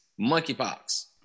Monkeypox